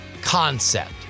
concept